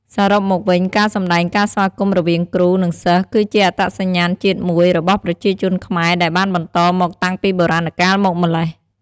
សរុបមកវិញ ការសម្ដែងការស្វាគមន៌រវាងគ្រូ និងសិស្សគឺជាអត្តសញ្ញាណជាតិមួយរបស់ប្រជាជនខ្មែរដែលបានបន្តមកតាំងពីបុរាណកាលមកម្ល៉េះ។